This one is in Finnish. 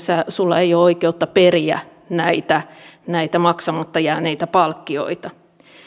sinulla ei ole oikeutta periä näitä näitä maksamatta jääneitä palkkioita